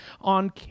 on